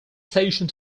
station